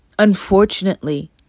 Unfortunately